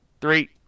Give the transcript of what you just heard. Three